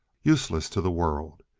useless to the world.